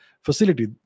facility